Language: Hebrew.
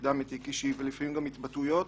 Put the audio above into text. מידע מתיק אישי ולפעמים גם התבטאויות